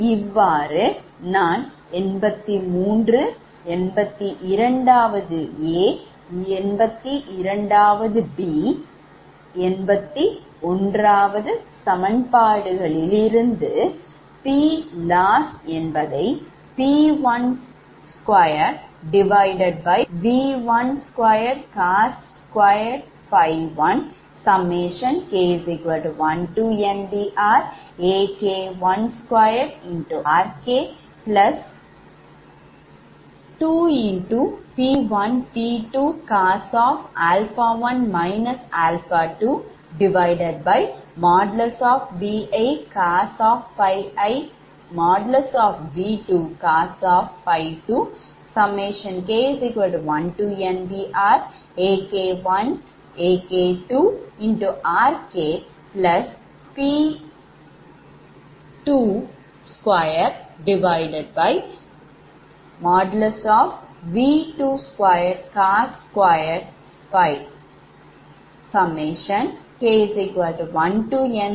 இவ்வாறு நான் 83 82 a82 b 81 சமன்பாடுகலிருந்து PLoss P12|V1|2COS2 ∅1k1NBRAK12RK2P1P2 Cosα1 α2V1|COS∅1V2|COS∅2 k1NBRAK1AK2RKP22|V2|2COS2 2k1NBRAK22RK